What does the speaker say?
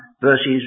verses